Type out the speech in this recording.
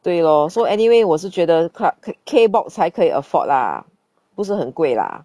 对咯 so anyway 我是觉得 clarke K box 还可以 afford lah 不是很贵啦